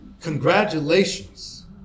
Congratulations